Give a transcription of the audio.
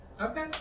Okay